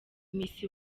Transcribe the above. miss